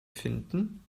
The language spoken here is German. finden